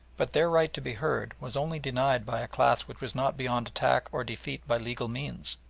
but their right to be heard was only denied by a class which was not beyond attack or defeat by legal means,